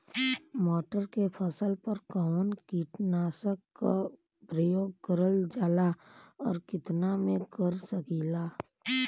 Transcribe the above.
मटर के फसल पर कवन कीटनाशक क प्रयोग करल जाला और कितना में कर सकीला?